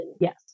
Yes